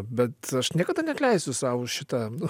bet aš niekada neatleisiu sau už šitą